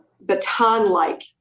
baton-like